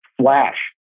flash